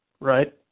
right